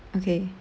okay